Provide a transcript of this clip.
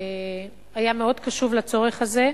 שהיה מאוד קשוב לצורך הזה,